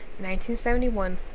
1971